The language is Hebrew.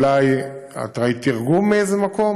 אולי ראית תרגום מאיזה מקום,